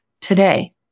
today